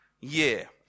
year